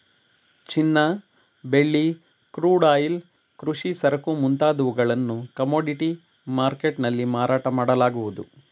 ಚಿನ್ನ, ಬೆಳ್ಳಿ, crude oil, ಕೃಷಿ ಸರಕು ಮುಂತಾದವುಗಳನ್ನು ಕಮೋಡಿಟಿ ಮರ್ಕೆಟ್ ನಲ್ಲಿ ಮಾರಾಟ ಮಾಡಲಾಗುವುದು